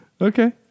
Okay